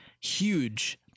huge